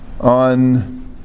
on